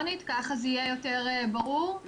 לעניין אי קיום חובת הבידוד שחלה בן האדם,